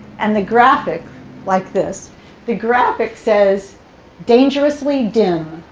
and the graphic like this the graphic says dangerously dim.